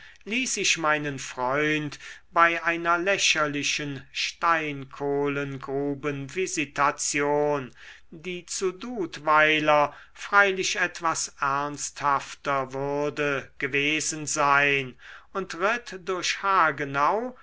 ließ ich meinen freund bei einer lächerlichen steinkohlengrubenvisitation die zu dudweiler freilich etwas ernsthafter würde gewesen sein und ritt durch hagenau